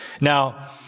Now